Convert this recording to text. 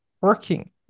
working